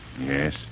Yes